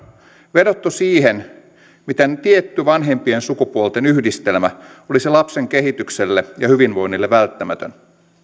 vedottu siihen miten tietty vanhempien sukupuolten yhdistelmä olisi lapsen kehitykselle ja hyvinvoinnille välttämätön